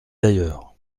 d’ailleurs